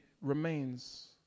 remains